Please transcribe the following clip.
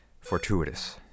fortuitous